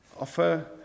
offer